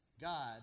God